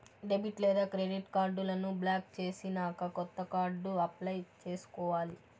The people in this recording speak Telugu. డెబిట్ లేదా క్రెడిట్ కార్డులను బ్లాక్ చేసినాక కొత్త కార్డు అప్లై చేసుకోవాలి